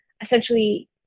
essentially